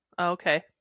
okay